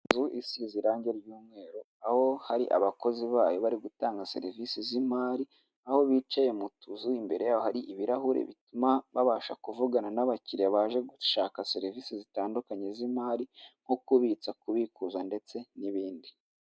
Inzu isize irangi ry'umweru, aho hari abakozi bayo bari gutanga serivisi z'imari, aho bicaye mu tuzu imbere yaho hari ibirahuri bituma babasha kuvugana n'abakiriya baje gushaka serivisi zitandukanye z'imari nko kubitsa, kubikuza ndetse n'ibindi.